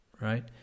right